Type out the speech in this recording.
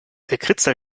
gekritzel